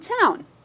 town